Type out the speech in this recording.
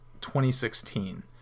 2016